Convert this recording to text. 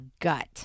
gut